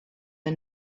the